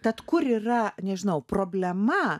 tad kur yra nežinau problema